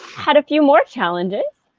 had a few more challenges,